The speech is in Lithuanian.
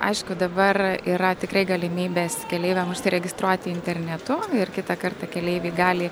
aišku dabar yra tikrai galimybės keleiviam užsiregistruoti internetu ir kitą kartą keleiviai gali